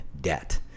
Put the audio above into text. debt